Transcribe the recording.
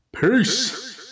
Peace